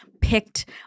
picked